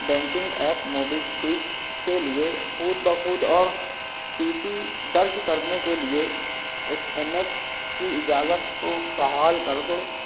banking app MobiKwik کے لیے خود بہ خود او ٹی پی درج کرنے کے لیے ایس ایم ایس کی اجازت کو فعال کر دو